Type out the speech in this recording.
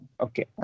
Okay